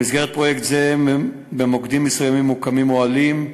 במסגרת פרויקט זה במוקדים מסוימים מוקמים אוהלים,